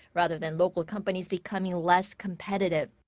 rather than local companies becoming less competitive.